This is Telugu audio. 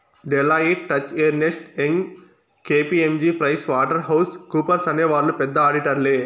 Deloitte, Touche Ernst, Young KPMG Price Water House కూపర్స్అనే వాళ్ళు పెద్ద ఆడిటర్లే